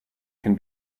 can